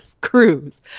cruise